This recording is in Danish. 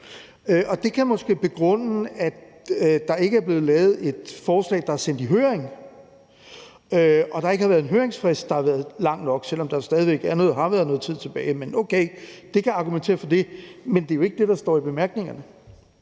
og det kan måske begrunde, at der ikke er blevet lavet et forslag, der er sendt i høring, og at der ikke har været en høringsfrist, der har været lang nok, selv om der jo stadig væk er noget tid tilbage. Men okay, det kan argumentere for det. Men det er jo ikke det, der står i bemærkningerne.